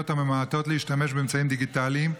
הממעטות להשתמש באמצעים דיגיטליים,